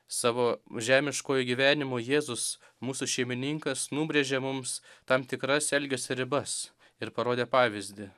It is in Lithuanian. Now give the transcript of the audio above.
savo žemiškojo gyvenimo jėzus mūsų šeimininkas nubrėžė mums tam tikras elgesio ribas ir parodė pavyzdį